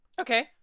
Okay